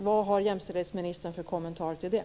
Vad har jämställdhetsministern för kommentar till det?